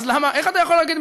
איך אתה יכול להגיד,